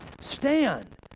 stand